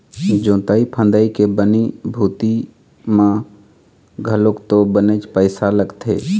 जोंतई फंदई के बनी भूथी म घलोक तो बनेच पइसा लगथे